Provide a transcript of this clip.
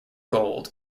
gold